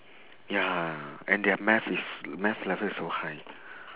ya and their math is math level is so high